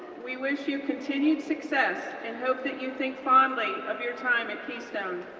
we wish you continued success, and hope that you think fondly of your time at keystone.